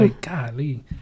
golly